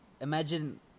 imagine